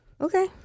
okay